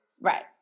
Right